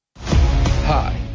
Hi